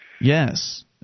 Yes